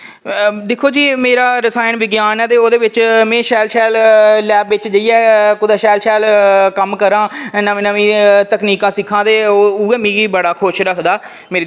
दिक्खो जी मेरा रसायन विज्ञान ऐ ते ओह्दे विच में शैल शैल लैब बिच जाइयै कुतै शैल शैल कम्म करां नमीं नमीं तकनीकां सिक्खां ते ओह् उ'ऐ मिकी बड़ा खुश रखदा